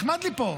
נחמד לי פה.